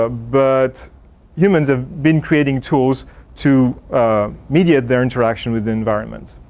ah but humans have been creating tools to mediate their interaction with the environment.